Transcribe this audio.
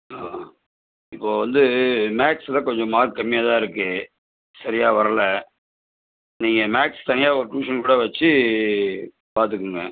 ஆ இப்போது வந்து மேக்ஸ்சில் கொஞ்சம் மார்க் கம்மியாகதான் இருக்குது சரியாக வரலை நீங்கள் மேக்ஸ் தனியாக ஒரு டியூஷன் கூட வச்சு பார்த்துக்குங்க